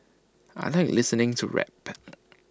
I Like listening to rap